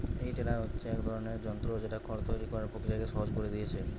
এই টেডার হচ্ছে এক ধরনের যন্ত্র যেটা খড় তৈরি কোরার প্রক্রিয়াকে সহজ কোরে দিয়েছে